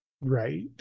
Right